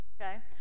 Okay